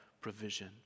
provision